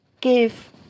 give